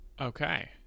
Okay